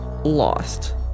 lost